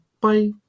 bye